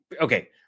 okay